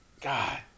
God